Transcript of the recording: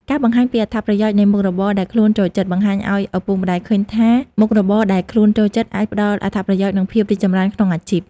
ការបង្ហាញពីអត្ថប្រយោជន៍នៃមុខរបរដែលខ្លួនចូលចិត្ត បង្ហាញឲ្យឪពុកម្ដាយឃើញថាមុខរបរដែលខ្លួនចូលចិត្ត អាចផ្តល់អត្ថប្រយោជន៍ និងភាពរីកចម្រើនក្នុងអាជីព។